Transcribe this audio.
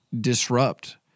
disrupt